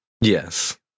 Yes